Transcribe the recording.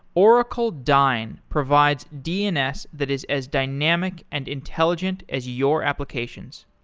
oracle dyn provides dns that is as dynamic and intelligent as your applications.